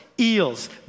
eels